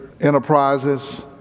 enterprises